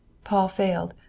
paul failed.